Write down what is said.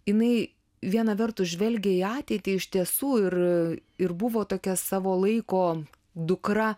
jinai viena vertus žvelgė į ateitį iš tiesų ir ir buvo tokia savo laiko dukra